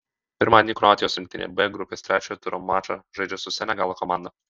pirmadienį kroatijos rinktinė b grupės trečio turo mačą žaidžia su senegalo komanda